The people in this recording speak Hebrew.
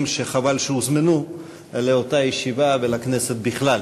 שחבל שהוזמנו לאותה ישיבה ולכנסת בכלל.